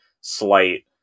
slight